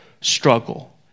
struggle